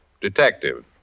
Detective